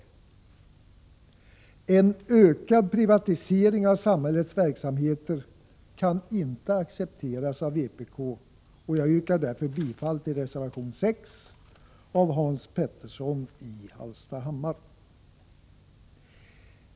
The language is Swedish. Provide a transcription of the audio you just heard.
En ökad privatisering av samhällets verksamheter kan inte accepteras av vpk, och jag yrkar därför bifall till reservation 6 av Hans Petersson i Hallstahammar.